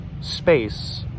space